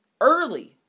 early